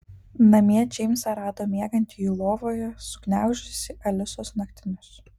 namie džeimsą rado miegantį jų lovoje sugniaužusį alisos naktinius